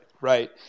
Right